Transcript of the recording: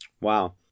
Wow